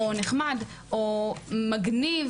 או נחמד או מגניב,